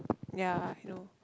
ya I know